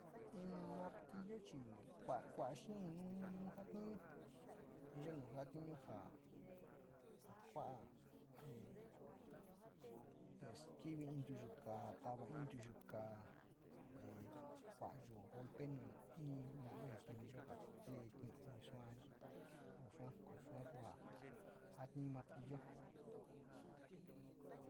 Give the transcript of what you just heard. In martilo chi kua xee, nu nu jatiñu iyo nu jatiñu ja, ja kua´a e skivi in ntuyo káá, ja tava in ituyo kaa e kuaqyo golpe nu in tala, kuniyo ja kee ki´i no sua o sua ko sua kua jatinuyo in martilo.